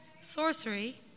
sorcery